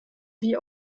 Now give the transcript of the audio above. wie